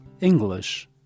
English